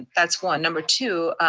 and that's one, number two,